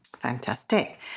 Fantastic